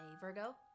Virgo